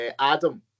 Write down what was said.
Adam